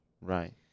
Right